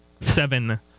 seven